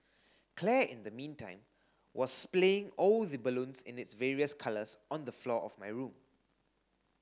Claire in the meantime was splaying all the balloons in its various colours on the floor of my room